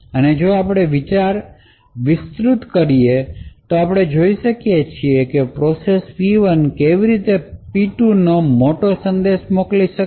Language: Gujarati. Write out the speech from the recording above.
અને જો આપણે વિચાર વિસ્તૃત કરીએ તો આપણે જોઈ શકીએ છીએ કે પ્રોસેસ P1 કેવી રીતે P2 ને મોટો સંદેશ મોકલી શકે છે